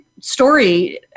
story